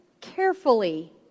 carefully